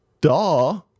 duh